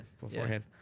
Beforehand